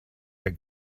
der